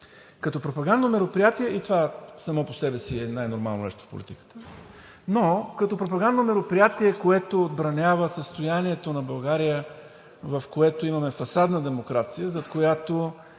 като пропагандно мероприятие и това само по себе си е най нормалното нещо в политиката. Но пропагандно мероприятие, което отбранява състоянието на България, в което имаме фасадна демокрация, зад която